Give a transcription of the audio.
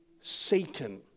Satan